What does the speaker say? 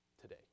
today